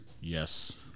Yes